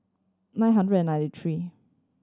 nine hundred and ninety three